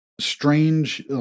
strange